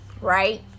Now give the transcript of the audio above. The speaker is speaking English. right